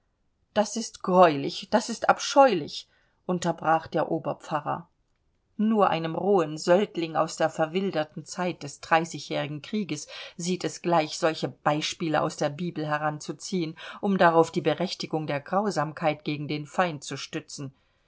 das ist greulich das ist abscheulich unterbrach der oberpfarrer nur einem rohen söldling aus der verwilderten zeit des dreißigjährigen krieges sieht es gleich solche beispiele aus der bibel heranzuziehen um darauf die berechtigung der grausamkeit gegen den feind zu stützen